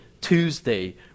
tuesday